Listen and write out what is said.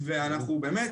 אנחנו באמת